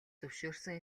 зөвшөөрсөн